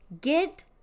get